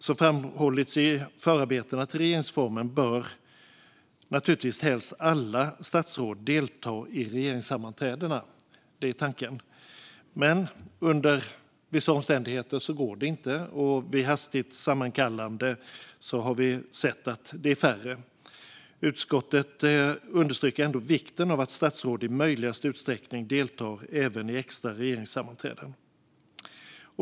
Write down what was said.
Som framhållits i förarbetena till regeringsformen bör naturligtvis helst alla statsråd delta i regeringssammanträdena. Det är tanken. Men under vissa omständigheter går det inte, och vid hastigt sammankallande har vi sett att det är färre. Utskottet understryker ändå vikten av att statsråd i möjligaste utsträckning deltar även i extra regeringssammanträden.